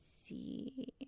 see